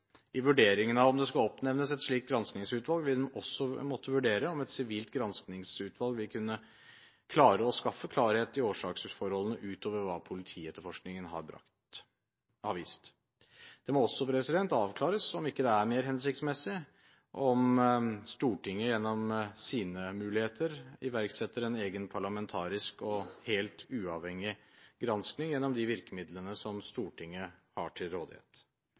I vurderingen av om det skal oppnevnes et sånt granskingsutvalg, vil en også måtte vurdere om et sivilt granskingsutvalg vil kunne klare å skaffe klarhet i årsaksforholdene utover hva politietterforskningen har vist. Det må også avklares om det ikke er mer hensiktsmessig om Stortinget gjennom sine muligheter iverksetter en egen parlamentarisk og helt uavhengig gransking gjennom de virkemidlene som Stortinget har til rådighet.